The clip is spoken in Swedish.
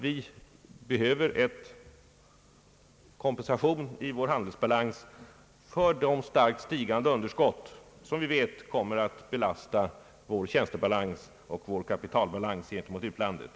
Vi behöver nämligen kompensation i vår handelsbalans för de starkt stigande underskott som vi vet kommer att belasta vår tjänstebalans och vår kapitalbalans gentemot utlandet.